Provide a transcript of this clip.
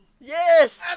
Yes